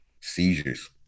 seizures